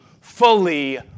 fully